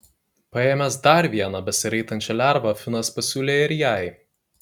paėmęs dar vieną besiraitančią lervą finas pasiūlė ir jai